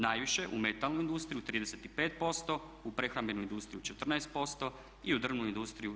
Najviše, u metalnu industriju 35%, u prehrambenu industriju 14% i u drvnu industriju 10%